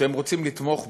שהם רוצים לתמוך בו,